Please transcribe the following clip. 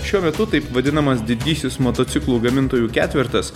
šiuo metu taip vadinamas didysis motociklų gamintojų ketvertas